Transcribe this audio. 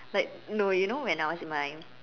like no you know when I was in my